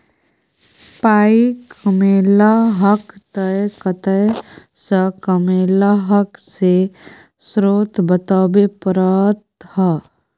पाइ कमेलहक तए कतय सँ कमेलहक से स्रोत बताबै परतह